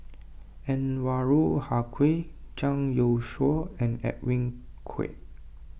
Anwarul Haque Zhang Youshuo and Edwin Koek